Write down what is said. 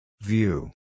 View